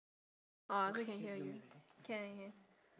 ah also can hear you can can can